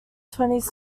twenties